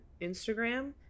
Instagram